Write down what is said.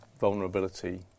vulnerability